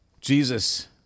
Jesus